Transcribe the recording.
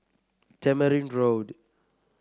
Tamarind Road